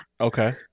Okay